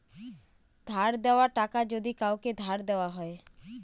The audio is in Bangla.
ধার দেওয়া টাকা যদি কাওকে ধার দেওয়া হয়